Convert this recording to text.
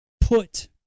put